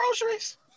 groceries